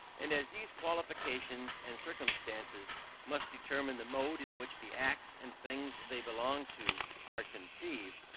and as these qualifications and circumstances must determine the mode in which the acts and things they belong to are conceived,